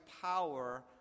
Power